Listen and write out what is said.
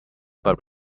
but